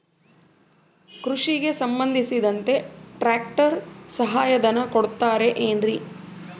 ಕೃಷಿಗೆ ಸಂಬಂಧಿಸಿದಂತೆ ಟ್ರ್ಯಾಕ್ಟರ್ ಸಹಾಯಧನ ಕೊಡುತ್ತಾರೆ ಏನ್ರಿ?